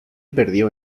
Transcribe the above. perdió